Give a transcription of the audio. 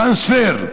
טרנספר.